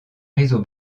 réseau